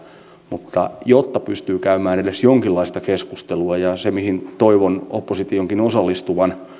mutta jotta pystyy käymään edes jonkinlaista keskustelua se mihin toivon oppositionkin osallistuvan